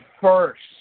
first